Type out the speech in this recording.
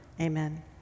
amen